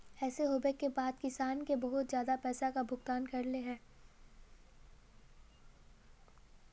ऐसे होबे के बाद किसान के बहुत ज्यादा पैसा का भुगतान करले है?